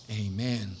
Amen